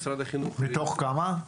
משרד החינוך --- מתוך כמה?